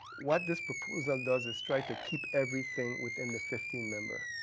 what this proposal does is try to keep everything within the fifteen member